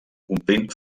omplint